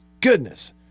goodness